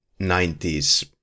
90s